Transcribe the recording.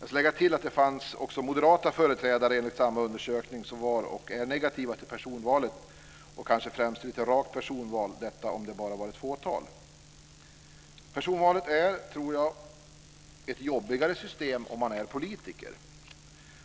Jag ska tillägga att det, enligt samma undersökning, även fanns moderata företrädare som var och är negativa till personvalet och kanske främst till ett rakt personval, även om det bara var ett fåtal. Jag tror att alla håller med om att personvalet innebär ett jobbigare system om man är politiker.